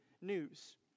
news